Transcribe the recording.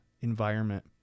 environment